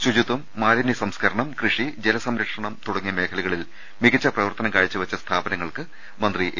ശുചിത്വം മാലിന്യ സംസ്ക രണം കൃഷി ജലസംരക്ഷണം തുടങ്ങിയ മേഖലകളിൽ മികച്ച പ്രവർത്തനം കാഴ്ചവെച്ച സ്ഥാപനങ്ങൾക്ക് മന്ത്രി എ